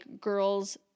girls